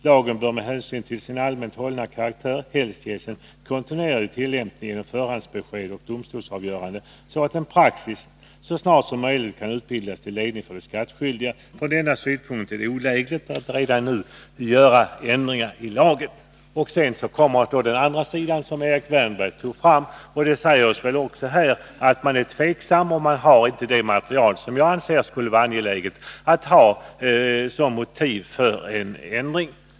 Lagen bör med hänsyn till sin allmänt hållna karaktär helst ges en kontinuerlig tillämpning genom förhandsbesked och domstolsavgöranden så att en praxis så snart som möjligt kan utbildas till ledning för de skattskyldiga och myndigheterna. Från denna synpunkt är det olägligt att redan nu göra ändringar i lagen.” Därefter kommer lagrådet in på det som Erik Wärnberg citerade. Men även detta säger oss att lagrådet är tveksamt. Man har inte det material som jag anser skulle vara angeläget att ha som motiv för en lagändring.